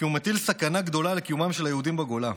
כי הוא מטיל סכנה גדולה לקיומם של היהודים בגולה,